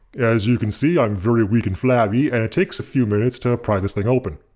as you can see i'm very weak and flabby and it takes a few minutes to pry this thing open.